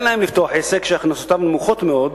להן לפתוח עסק שהכנסותיו נמוכות מאוד,